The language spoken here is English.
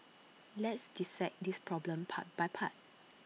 let's dissect this problem part by part